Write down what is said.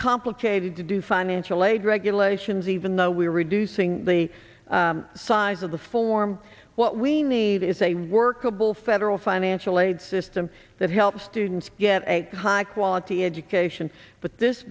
complicated to do financial aid regulations even though we're reducing the size of the form what we need is a workable federal financial aid system that hell students get a high quality education but this